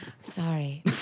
Sorry